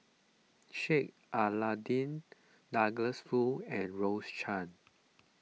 Sheik Alau'ddin Douglas Foo and Rose Chan